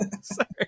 Sorry